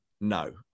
No